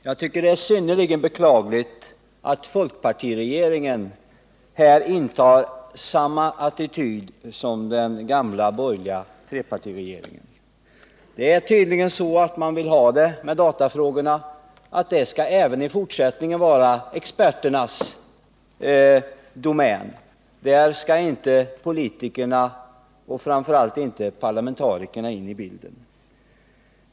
Jag tycker det är synnerligen beklagligt att folkpartiregeringen här intar samma attityd som den gamla borgerliga trepartiregeringen. Man vill tydligen att datafrågorna även i fortsättningen skall vara experternas domän. Där skall inte politikerna, och framför allt inte parlamentarikerna, in i bilden.